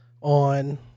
on